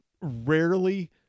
rarely